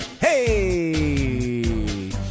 Hey